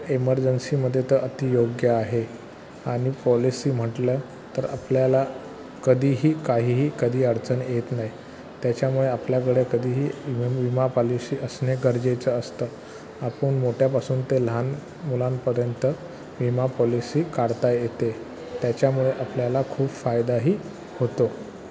इमर्जन्सीमध्ये तर अति योग्य आहे आणि पॉलिसी म्हटलं तर आपल्याला कधीही काहीही कधी अडचण येत नाही त्याच्यामुळे आपल्याकडे कधीही विमा पॉलिसी असणे गरजेचं असतं आपण मोठ्यापासून ते लहान मुलांपर्यंत विमा पॉलिसी काढता येते त्याच्यामुळे आपल्याला खूप फायदाही होतो